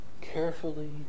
carefully